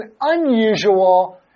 unusual